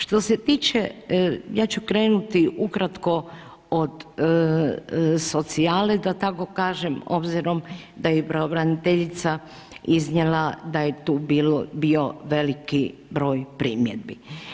Što se tiče i ja ću krenuti ukratko od socijale, da tako kažem, obzirom da je i pravobraniteljica iznijela da je i tu bio veliki broj primjedbi.